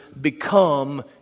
become